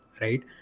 right